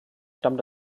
stammt